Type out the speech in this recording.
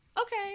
Okay